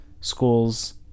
schools